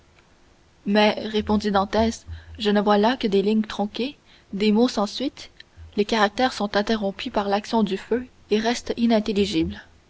mais répondit dantès je ne vois là que des lignes tronquées des mots sans suite les caractères sont interrompus par l'action du feu et restent inintelligibles